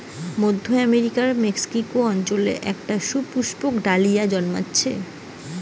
মধ্য আমেরিকার মেক্সিকো অঞ্চলে একটা সুপুষ্পক ডালিয়া জন্মাচ্ছে